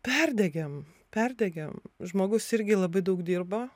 perdegėm perdegėm žmogus irgi labai daug dirbo